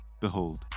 Behold